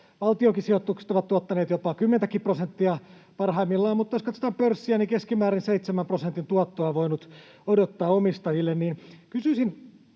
Valtionkin sijoitukset ovat tuottaneet jopa 10:täkin prosenttia parhaimmillaan. Mutta jos katsotaan pörssiä, niin keskimäärin 7 prosentin tuottoa on voinut odottaa omistajille.